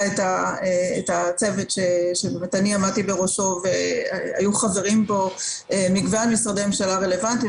את הצוות שעמדתי בראשו והיו חברים בו מגוון משרדי ממשלה רלוונטיים.